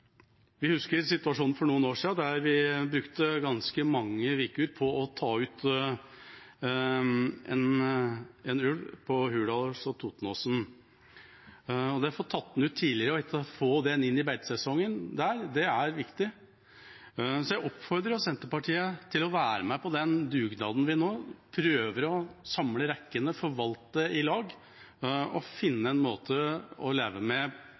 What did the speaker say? Vi husker situasjonen for noen år siden der vi brukte ganske mange uker på å ta ut en ulv i Hurdal, på Totenåsen. Det å få tatt den ut tidlig og ikke få den inn i beitesesongen der er viktig. Jeg oppfordrer Senterpartiet til å være med på den dugnaden vi nå prøver å ha – samle rekkene, forvalte i lag, finne en måte å leve med